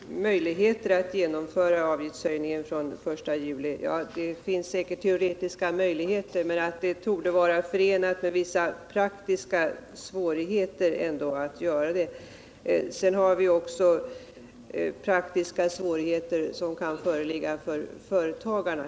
Herr talman! Lena Öhrsvik framhöll att det finns vissa möjligheter att införa avgiften den 1 juli. Det finns säkerligen teoretiska möjligheter, men det torde ändå vara förenat med vissa praktiska svårigheter. Det kan också bli praktiska svårigheter för företagarna.